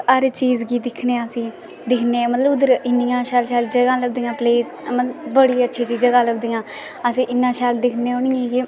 हर चीज़ गी दिक्खनै आं अस ते दिक्खनै मतलब उद्धर असेंगी इन्नी इन्नियां शैल जगह लभदियां प्लेस मतलब बड़ी अच्छी अच्छी चीज़ां लभदियां अस इन्ना शैल दिक्खनै होने की